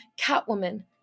Catwoman